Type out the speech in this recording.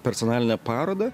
personalinę parodą